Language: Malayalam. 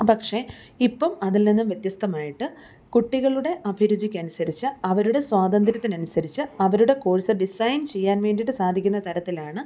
പക്ഷേ ഇപ്പം അതിൽ നിന്നും വ്യത്യസ്തമായിട്ട് കുട്ടികളുടെ അഭിരുചിക്ക് അനുസരിച്ച് അവരുടെ സ്വാതന്ത്ര്യത്തിന് അനുസരിച്ച് അവരുടെ കോഴ്സ് ഡിസൈൻ ചെയ്യാൻ വേണ്ടിയിട്ട് സാധിക്കുന്ന തരത്തിലാണ്